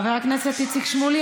חבר הכנסת איציק שמולי,